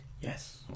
Yes